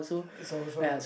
it's old subject